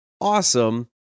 awesome